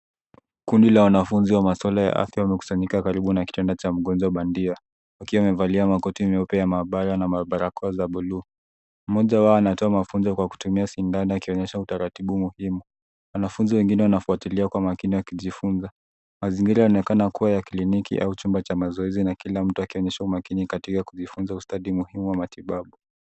Kundi la wanafunzi wa maswala ya afya wamekusanyika karibu na kitanda cha mgonjwa bandia wakiwa wamevalia makoti meupe ya maabara na mabarakoa za buluu. Mmoja wao anatoa mafunzo kwa kutumia sindano akionyesha utaratibu muhimu. Wanafunzi wengine wanafuatilia kwa makini wakijifunza. Mazingira yanaonekana kuwa ya kliniki au chumba cha mazoezi na kila mtu akionyesha umakini katika kujifunza ustadi muhimu wa matibabu.